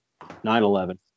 9/11